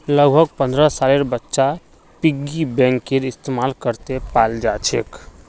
लगभग पन्द्रह सालेर बच्चा पिग्गी बैंकेर इस्तेमाल करते पाल जाछेक